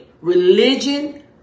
Religion